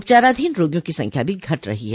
उपचाराधीन रोगियों की संख्या भी घट रही है